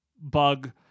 bug